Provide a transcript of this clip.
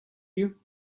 you